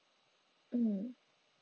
mm